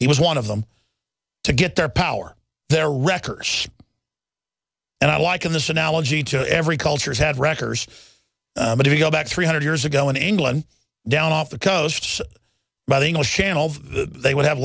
he was one of them to get their power their records and i liken this analogy to every culture has had wreckers but if you go back three hundred years ago in england down off the coast by the english channel they would have